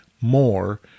more